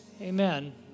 Amen